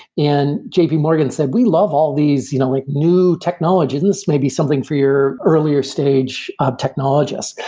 and j p. morgan said, we love all these you know like new technologies. and this may be something for your earlier stage technologist.